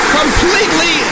completely